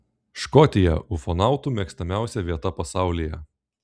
škotija ufonautų mėgstamiausia vieta pasaulyje